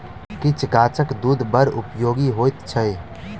किछ गाछक दूध बड़ उपयोगी होइत छै